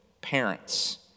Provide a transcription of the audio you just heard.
parents